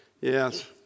yes